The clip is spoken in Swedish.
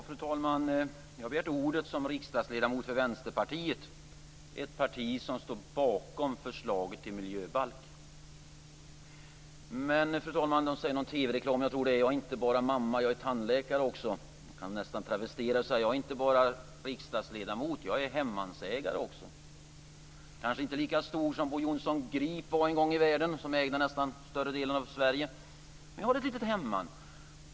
Fru talman! Jag har begärt ordet som riksdagsledamot för Vänsterpartiet, ett parti som står bakom förslaget till miljöbalk. Men, fru talman, i TV reklamen säger man att "jag är inte bara mamma, jag är också tandläkare". Jag kan travestera uttrycket och säga att "jag är inte bara riksdagsledamot, jag är också hemmansägare". Jag är kanske inte en lika stor hemmansägare som Bo Jonsson Grip var, som en gång i världen ägde stora delar av Sverige. Men jag har ett litet hemman.